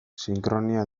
sinkronia